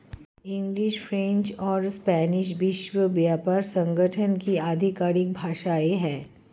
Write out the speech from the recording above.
English, French और Spanish विश्व व्यापार संगठन की आधिकारिक भाषाएं है